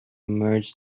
merge